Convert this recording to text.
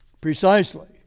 precisely